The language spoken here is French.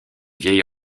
vieille